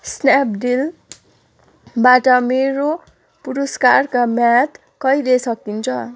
स्न्यापडिलबाट मेरो पुरस्कारको म्याद कहिले सकिन्छ